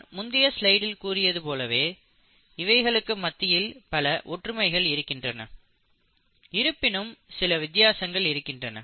நான் முந்திய ஸ்லைடில் கூறியது போலவே இவைகளுக்கு மத்தியில் பல ஒற்றுமைகள் இருக்கின்றன இருப்பினும் சில வித்தியாசங்களும் இருக்கின்றன